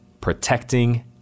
protecting